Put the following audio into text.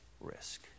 risk